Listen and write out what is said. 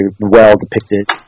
well-depicted